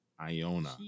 Iona